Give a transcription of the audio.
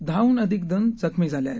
दहाडून अधिक जण जखमी झाले आहेत